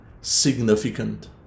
significant